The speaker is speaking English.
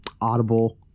Audible